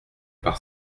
par